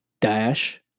dash